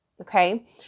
Okay